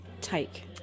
take